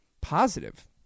positive